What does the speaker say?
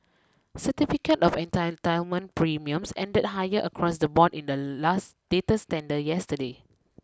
certificate of entitlement premiums ended higher across the board in the latest tender yesterday